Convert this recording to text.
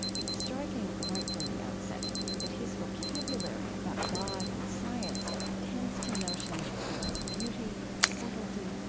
it's striking right from the outset that his vocabulary about god and science tends to notions such as beauty, subtlety,